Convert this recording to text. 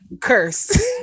curse